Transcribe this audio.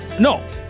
No